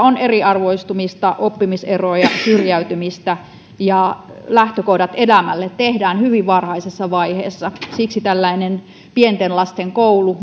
on eriarvoistumista oppimiseroja syrjäytymistä ja lähtökohdat elämälle tehdään hyvin varhaisessa vaiheessa siksi tällainen pienten lasten koulu